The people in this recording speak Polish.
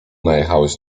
najechałeś